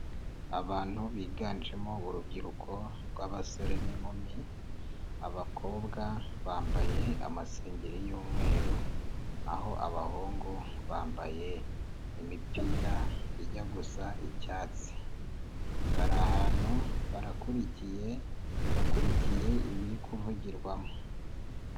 Abantu biganjemo urubyiruko rw'abasore n'inkumi, abakobwa bambaye amasengeri y'umweru, naho abahungu bambaye imipira ijya gusa icyatsi, bari ahantu barakurikiye, bakurikiye ibiri kuvugirwamo.